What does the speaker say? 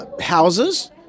Houses